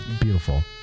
beautiful